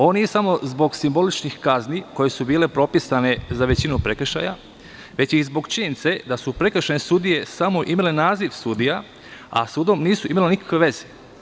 Ovo nije samo zbog simboličnih kazni koje su bile propisane za većinu prekršaja, već je i zbog činjenice da su prekršajne sudije samo imale naziv sudija, a sa sudom nisu imale nikakve veze.